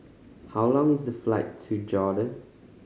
how long is the flight to Jordan